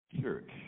church